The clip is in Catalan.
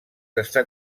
està